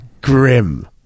grim